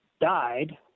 died